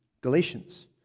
Galatians